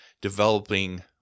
developing